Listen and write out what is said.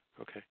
Okay